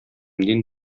дин